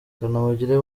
kanamugire